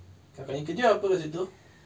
kakak kerja apa kat situ